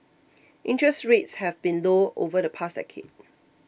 interest rates have been low over the past decade